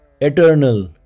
eternal